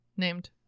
Named